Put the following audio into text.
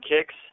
kicks